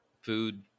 food